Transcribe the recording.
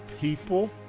people